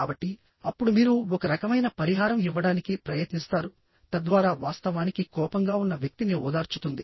కాబట్టి అప్పుడు మీరు ఒక రకమైన పరిహారం ఇవ్వడానికి ప్రయత్నిస్తారు తద్వారా వాస్తవానికి కోపంగా ఉన్న వ్యక్తిని ఓదార్చుతుంది